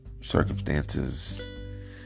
circumstances